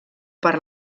per